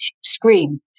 scream